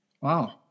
Wow